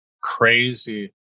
crazy